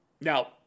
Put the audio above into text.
Now